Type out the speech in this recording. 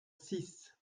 six